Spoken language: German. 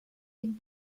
den